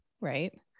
right